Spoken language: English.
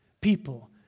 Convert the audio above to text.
people